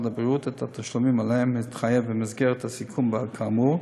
הבריאות את התשלומים שלהם התחייב במסגרת הסיכום כאמור,